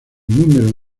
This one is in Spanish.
número